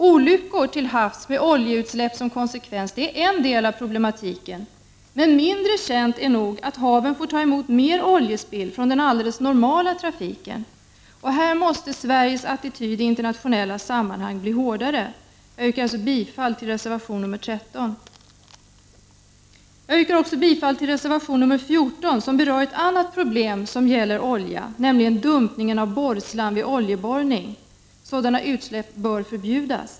Olyckor till havs med oljeutsläpp som konsekvens är en del av problematiken, men mindre känt är nog att havet får ta emot mer oljespill från den alldeles normala trafiken. Här måste Sveriges attityd i internationella sammanhang bli hårdare. Jag yrkar bifall till reservation nr 13. Jag yrkar också bifall till reservation nr 14, som berör ett annat problem som gäller olja, nämligen dumpningen av borrslam vid oljeborrning. Sådana utsläpp bör förbjudas.